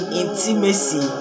intimacy